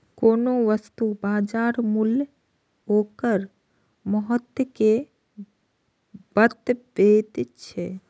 कोनो वस्तुक बाजार मूल्य ओकर महत्ता कें बतबैत छै